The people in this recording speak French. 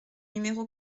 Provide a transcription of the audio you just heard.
numéro